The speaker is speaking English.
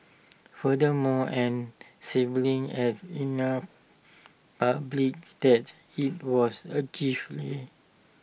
furthermore an siblings had publicly that IT was A gift